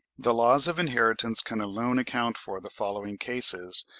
the laws of inheritance can alone account for the following cases,